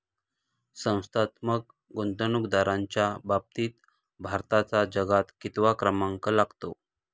संस्थात्मक गुंतवणूकदारांच्या बाबतीत भारताचा जगात कितवा क्रमांक लागतो?